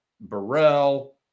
Burrell